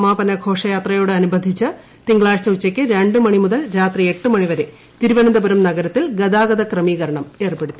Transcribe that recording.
സമാപന ഘോഷയാത്രയോടനുബിസ്ടിച്ച് ്തിങ്കളാഴ്ച ഉച്ചയ്ക്ക് രണ്ടുമണി മുതൽ രാത്രി എട്ടുമണ്ണൂവിര്ര തിരുവനന്തപുരം നഗരത്തിൽ ഗതാഗതക്രമീകരണം ഏർപ്പെടുത്തി